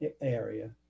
area